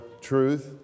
truth